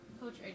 Coach